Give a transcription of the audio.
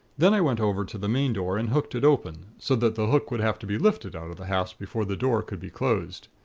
then i went over to the main door and hooked it open, so that the hook would have to be lifted out of the hasp, before the door could be closed.